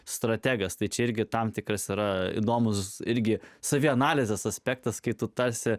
strategas tai čia irgi tam tikras yra įdomūs irgi savianalizės aspektas kai tu tarsi